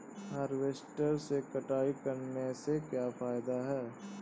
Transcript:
Harvester से कटाई करने से क्या फायदा है?